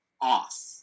off